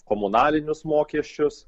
komunalinius mokesčius